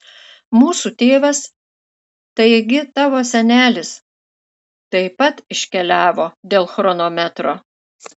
mūsų tėvas taigi tavo senelis taip pat iškeliavo dėl chronometro